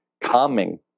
calming